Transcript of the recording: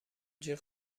جیغ